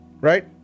right